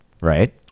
Right